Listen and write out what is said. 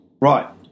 Right